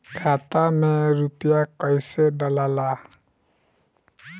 खाता में रूपया कैसे डालाला?